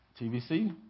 TVC